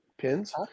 pins